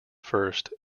first